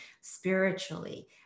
spiritually